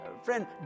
Friend